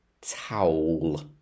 towel